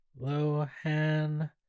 Lohan